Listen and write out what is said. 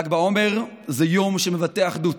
ל"ג בעומר הוא יום שמבטא אחדות.